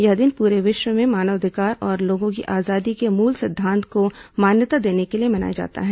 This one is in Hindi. यह दिन पूरे विश्व में मानवाधिकार और लोगों की आजादी के मूल सिद्वांत को मान्यता देने के लिए मनाया जाता है